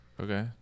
Okay